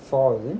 four is it